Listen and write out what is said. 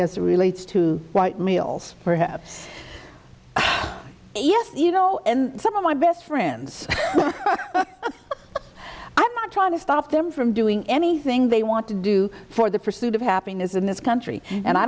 has relates to white males for have yes you know and some of my best friends i'm not trying to stop them from doing anything they want to do for the pursuit of happiness in this country and i